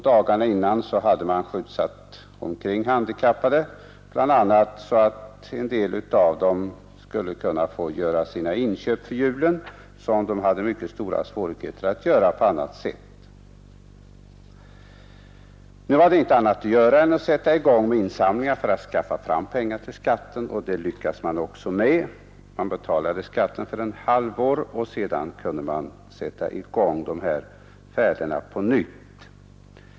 Dagarna innan hade man skjutsat omkring handikappade, bl.a. för att en del av dem skulle kunna göra sina inköp till julen, som de hade mycket stora svårigheter att klara på annat sätt. Nu var det inte annat att göra än att sätta i gång insamlingar för att skaffa fram pengar till skatten, och det lyckades man också med. Man betalade skatten för ett halvår och kunde sedan sätta i gång färderna på nytt.